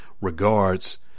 regards